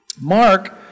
Mark